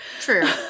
True